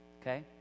okay